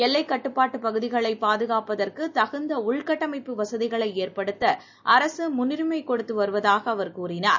எல்லைக் கட்டுப்பாட்டுபகுதிகளைப் பாதுகாப்பதற்குதகுந்தஉள்கட்டமைப்பு வசதிகளைஏற்படுத்தஅரசுமுன்னுரிமைகொடுத்துவருவதாகஅவர் கூறினார்